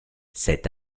cet